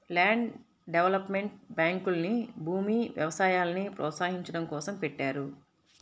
land development బ్యాంకుల్ని భూమి, వ్యవసాయాల్ని ప్రోత్సహించడం కోసం పెట్టారు